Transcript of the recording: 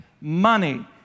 money